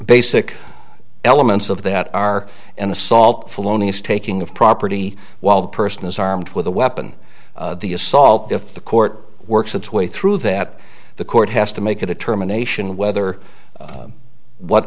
basic elements of that are an assault felonious taking of property while the person is armed with a weapon the assault if the court works its way through that the court has to make a determination whether what